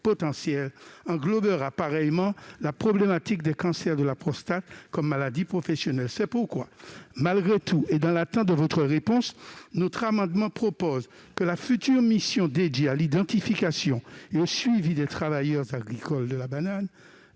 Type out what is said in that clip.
potentiels englobera la problématique des cancers de la prostate comme maladie professionnelle. C'est pourquoi, malgré tout et dans l'attente de votre réponse, cet amendement prévoit que la future mission dédiée à l'identification et au suivi des travailleurs agricoles de la banane